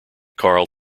carl